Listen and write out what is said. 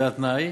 זה התנאי,